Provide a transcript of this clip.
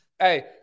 Hey